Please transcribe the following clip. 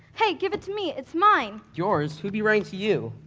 hey, give it to me, it's mine. yours, who'd be writing to you?